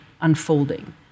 unfolding